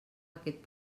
aquest